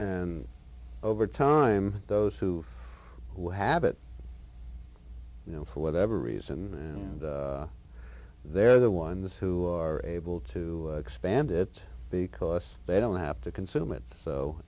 and over time those who who have it you know for whatever reason and they're the ones who are able to expand it because they don't have to consume it so